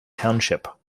township